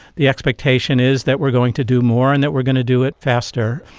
the expectation is that we are going to do more and that we are going to do it faster,